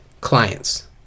clients